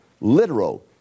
literal